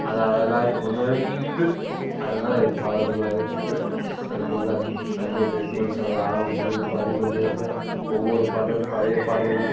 அதை அழகாய் உணர்ந்து அழகாய் இது பாடுவார் அதுபோல் தந்தை பெர்க்மேன்ஸ் அவர் ஆரம்பத்துலருந்து பாடிக்கொண்டு வந்த ஒவ்வொரு பாடல் பழைய பாடல்கள்